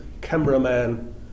cameraman